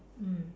mm